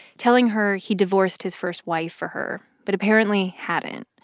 telling her he divorced his first wife for her but apparently hadn't.